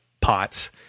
pots